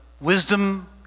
wisdom